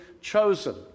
chosen